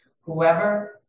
Whoever